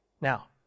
Now